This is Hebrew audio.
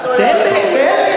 תן לי.